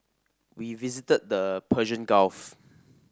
we visited the Persian Gulf